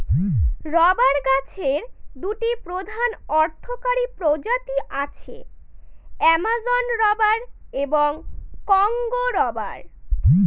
rubber গাছের দুটি প্রধান অর্থকরী প্রজাতি আছে, অ্যামাজন রবার এবং কংগো রবার